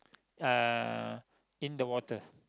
uh in the water